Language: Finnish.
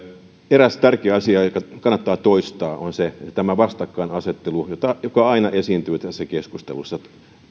eräs tärkeä asia joka kannattaa toistaa on tämä vastakkainasettelu joka aina esiintyy tässä keskustelussa